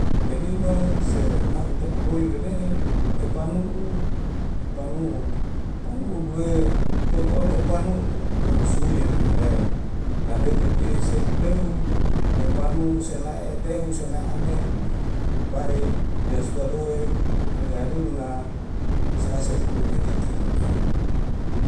Pelihwa se na uta'uloi wede'e epanu'u epanu'u panu'u duwe totode epanu'u me usuyane eleu nadeke pis e ulehu epanu sena'e te'us senai a'ne'ui pai uya suwa dowe oi haleun na saya sepulu etitiu lahi